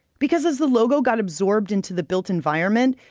because as the logo got absorbed into the built environment,